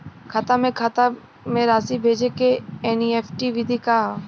खाता से खाता में राशि भेजे के एन.ई.एफ.टी विधि का ह?